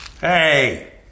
Hey